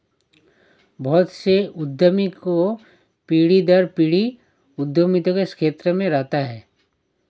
बहुत से उद्यमी की पीढ़ी दर पीढ़ी उद्यमिता के क्षेत्र में रहती है